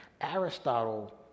Aristotle